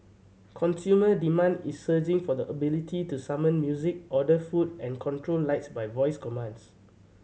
consumer demand is surging for the ability to summon music order food and control lights by voice commands